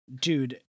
Dude